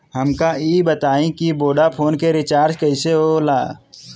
हमका ई बताई कि वोडाफोन के रिचार्ज कईसे होला?